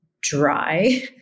dry